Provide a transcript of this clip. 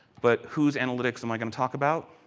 but whose analytics am i going to talk about?